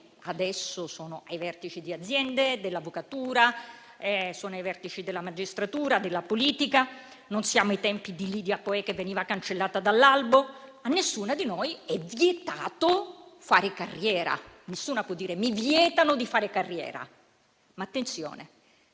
adesso sono ai vertici di aziende, dell'avvocatura, della magistratura, della politica. Non siamo i tempi di Lidia Poët, che veniva cancellata dall'albo. A nessuna di noi è vietato fare carriera; nessuna può dire: mi vietano di fare carriera. Ma attenzione,